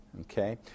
Okay